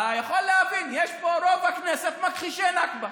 אתה יכול להבין, הרוב פה בכנסת מכחישי נכבה.